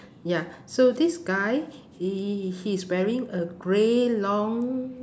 ya so this guy he he's wearing a grey long